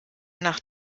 nach